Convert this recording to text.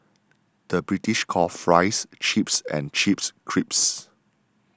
the British calls Fries Chips and Chips Crisps